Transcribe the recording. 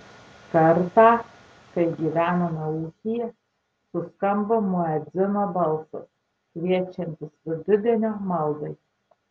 kartą kai gyvenome ūkyje suskambo muedzino balsas kviečiantis vidudienio maldai